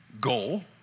goal